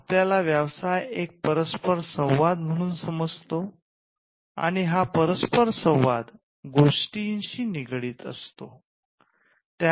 आपल्याला व्यवसाय एक परस्पर संवाद म्हणून समजतो आणि हा परस्पर संवाद गोष्टीशी निगडित असतो